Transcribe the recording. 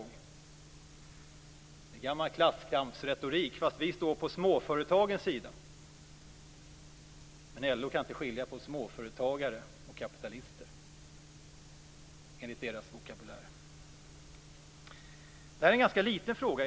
Det är gammal klasskampsretorik, fastän vi står på småföretagens sida. Men LO kan inte skilja på småföretagare och kapitalister, enligt deras vokabulär. Detta är egentligen en ganska liten fråga.